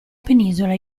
penisola